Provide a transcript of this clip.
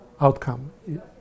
outcome